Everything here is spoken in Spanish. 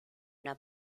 una